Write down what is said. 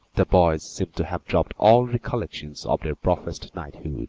the boys seemed to have dropped all recollections of their professed knighthood,